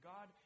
God